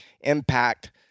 impact